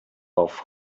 off